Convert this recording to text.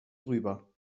drüber